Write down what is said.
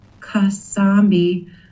Kasambi